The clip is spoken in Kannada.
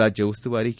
ರಾಜ್ಯ ಉಸ್ತುವಾರಿ ಕೆ